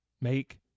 make